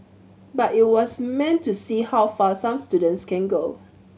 but it was meant to see how far some students can go